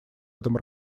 этом